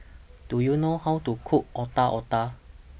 Do YOU know How to Cook Otak Otak